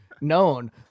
known